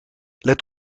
let